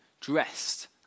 dressed